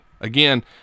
Again